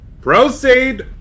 Proceed